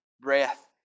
breath